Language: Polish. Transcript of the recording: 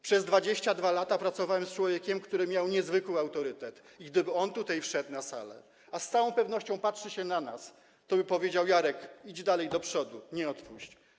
Przez 22 lata pracowałem z człowiekiem, który miał niezwykły autorytet i gdyby on tutaj wszedł na salę, a z całą pewnością patrzy na nas, toby powiedział: Jarek, idź do przodu, nie odpuść.